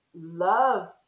love